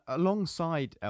alongside